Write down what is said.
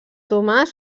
tomàs